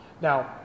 Now